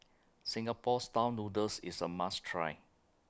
Singapore Style Noodles IS A must Try